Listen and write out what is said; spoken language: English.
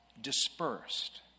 dispersed